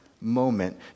moment